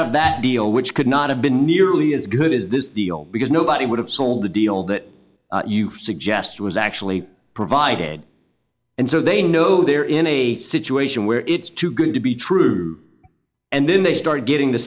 of that deal which could not have been nearly as good as this deal because nobody would have sold the deal that you suggest was actually provided and so they know they're in a situation where it's too good to be true and then they started getting the